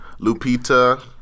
Lupita